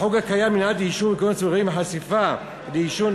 החוק הקיים למניעת העישון במקומות ציבוריים והחשיפה לעישון,